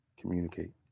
communicate